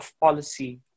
policy